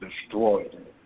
destroyed